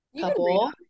couple